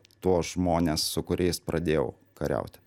tuos žmones su kuriais pradėjau kariauti